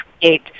create